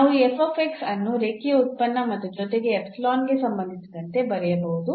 ನಾವು ಈ ಅನ್ನು ರೇಖೀಯ ಉತ್ಪನ್ನ ಮತ್ತು ಜೊತೆಗೆ ಎಪ್ಸಿಲಾನ್ಗೆ ಸಂಬಂಧಿಸಿದಂತೆ ಬರೆಯಬಹುದು ಮತ್ತು ಇದು ವ್ಯತ್ಯಾಸವಾಗಿದೆ ಮತ್ತು ಈ